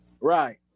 right